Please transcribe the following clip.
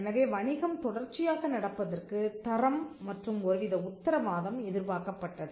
எனவே வணிகம் தொடர்ச்சியாக நடப்பதற்கு தரம் மற்றும் ஒருவித உத்தரவாதம் எதிர்பார்க்கப்பட்டது